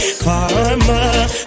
Karma